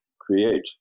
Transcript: create